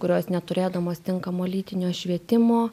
kurios neturėdamos tinkamo lytinio švietimo